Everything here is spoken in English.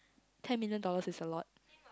ten million dollars is a lot